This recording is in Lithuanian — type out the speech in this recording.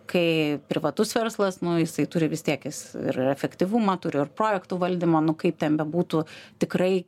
kai privatus verslas nu jisai turi vis tiek jis ir efektyvumą turi ir projektų valdymą nu kaip ten bebūtų tikrai